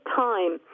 time